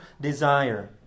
desire